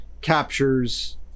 captures